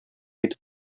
итеп